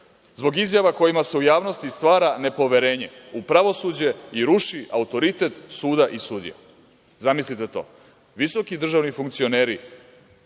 Zbog izjava kojima se u javnosti stvara nepoverenje u pravosuđe i ruši autoritet suda i sudija. Zamislite to. Visoki državni funkcioneri